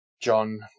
John